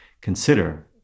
consider